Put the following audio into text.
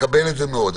מקבל את זה מאוד.